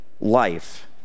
life